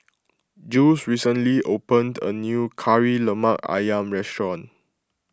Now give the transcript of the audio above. Jules recently opened a new Kari Lemak Ayam restaurant